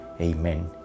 Amen